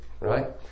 Right